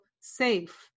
safe